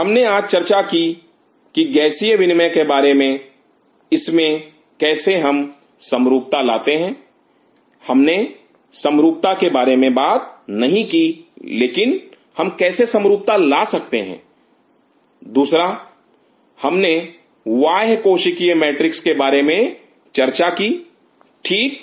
हमने आज चर्चा की गैसीय विनिमय के बारे में इसमें कैसे हम समरूपता लाते हैं हमने समरूपता के बारे में बात नहीं की लेकिन हम कैसे समरूपता ला सकते हैं दूसरा हमने बाह्य कोशिकीय मैट्रिक्स के बारे में चर्चा की ठीक